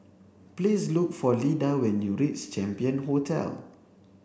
please look for Lida when you reach Champion Hotel